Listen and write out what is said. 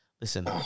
listen